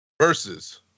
versus